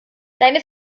deine